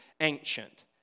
ancient